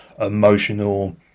emotional